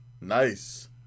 Nice